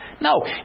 No